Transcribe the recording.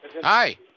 Hi